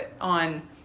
on